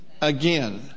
again